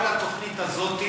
כל התוכנית הזאת,